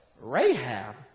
Rahab